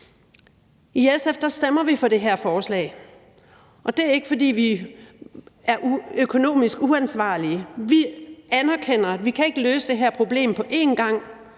I SF stemmer vi for det her forslag, og det er ikke, fordi vi er økonomisk uansvarlige. Vi anerkender, at vi ikke kan løse det her problem på én gang;